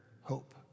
hope